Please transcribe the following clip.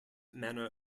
manner